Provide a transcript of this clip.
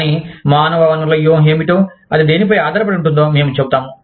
కానీ మానవ వనరుల వ్యూహం ఏమిటో అది దేనిపై ఆధారపడి ఉంటుందో మేము చెబుతాము